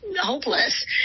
hopeless